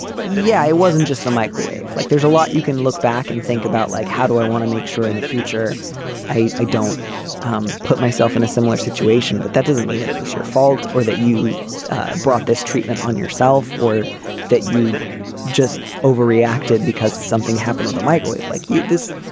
yeah. it wasn't just the microwave. like, there's a lot you can look back and think about, like, how do i want to make sure in the future i i don't um put myself in a similar situation, but that doesn't mean that it was your fault or that you brought this treatment on yourself or that you just overreacted because something happened in the microwave like this.